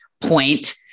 point